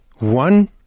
One